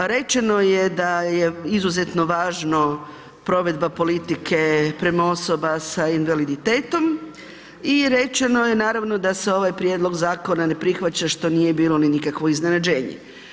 Rečeno je da je izuzetno važno provedba politike prema osobama sa invaliditetom i rečeno je naravno da se ovaj prijedlog zakona ne prihvaća što nije bilo ni nikakvo iznenađenje.